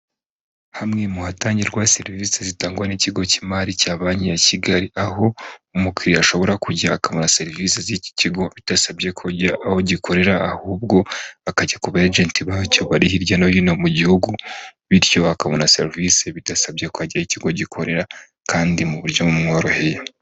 Hamwe mu hatangirwa serivisi zitangwa n'ikigo cy'imari cya Banki ya Kigali. Aho umukiriya ashobora kujya akabona serivisi z'iki kigo bidasabye aho gikorera, ahubwo akajya ku begenti bacyo bari hirya no hino mu gihugu, bityo akabona serivisi bidasabye ko ajya ikigo gikorera kandi mu buryo bumworoheye.